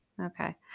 Okay